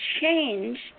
changed